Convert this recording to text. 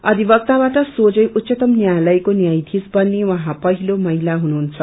अधिवक्तबाट सोझै उच्चतम न्यायालयको न्यायथीश कन्ने उहाँ पहिलो महिला हुनुहुन्छ